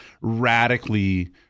radically